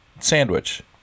sandwich